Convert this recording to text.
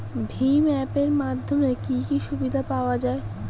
ভিম app এর মাধ্যমে কি কি সুবিধা পাওয়া যায়?